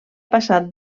passar